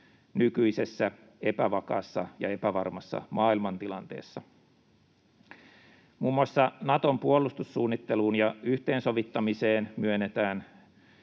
nykyisessä epävakaassa ja epävarmassa maailmantilanteessa. Muun muassa Naton puolustussuunnitteluun ja yhteensovittamiseen myönnetään